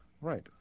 Right